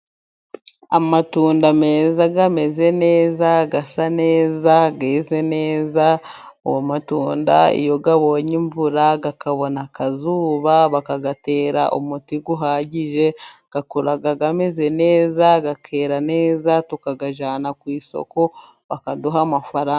Amatunda meza, ameze neza, asa neza, yeze neza, ayo matunda iyo abonye imvura, akabona akazuba, bakayatera umuti uhagije, akura ameze neza, akera neza, tukayajyana ku isoko bakaduha amafaranga.